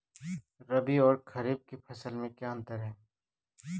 रबी और खरीफ की फसल में क्या अंतर है?